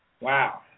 Wow